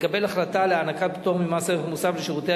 לקבל החלטה להעניק פטור ממס ערך מוסף לשירותי